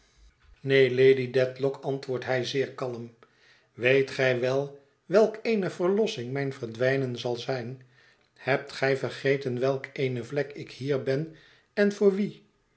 neen lady dedlock antwoordt hij zeer kalm weet gij wel welk eene verlossing mijn verdwijnen zal zijn hebt gij vergeten welk eene vlek ik hier ben en voor wien